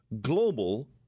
global